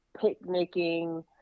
picnicking